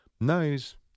nice